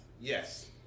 Yes